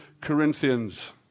Corinthians